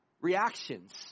reactions